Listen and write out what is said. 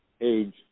Age